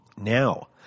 Now